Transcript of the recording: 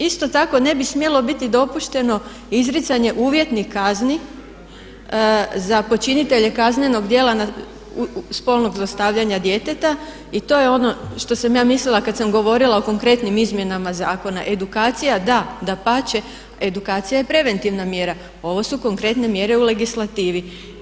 Isto tako ne bi smjelo biti dopušteno izricanje uvjetnih kazni za počinitelje kaznenog djela spolnog zlostavljanja djeteta i to je ono što sam ja mislila kad sam govorila o konkretnim izmjenama zakona, edukacija da, dapače, edukacija je preventivna mjera, ovo su konkretne mjere u legislativi.